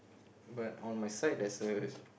but on my side there's a